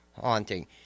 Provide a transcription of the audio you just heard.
haunting